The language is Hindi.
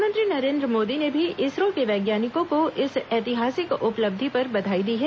प्रधानमंत्री नरेन्द्र मोदी ने भी इसरो के वैज्ञानिकों को इस ऐतिहासिक उपलब्धि पर बधाई दी है